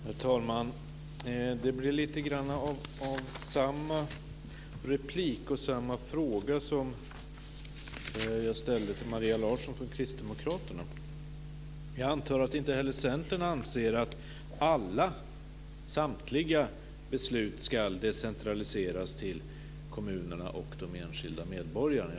Herr talman! Det blir lite grann av samma replik och samma fråga som jag ställde till Maria Larsson från Kristdemokraterna. Jag antar att inte heller Centern anser att samtliga beslut ska decentraliseras till kommunerna och de enskilda medborgarna.